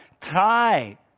tie